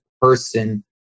person